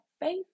faith